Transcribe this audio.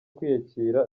kwiyakira